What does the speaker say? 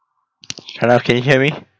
pranav can you hear me no